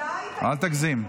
אל תגזים.